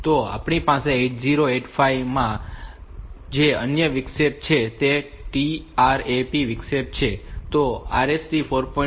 તો આપણી પાસે 8085 માં જે અન્ય વિક્ષેપ છે તે TRAP વિક્ષેપ છે તો આ RST 4